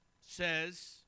says